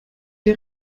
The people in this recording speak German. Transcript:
der